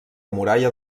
muralla